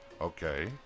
Okay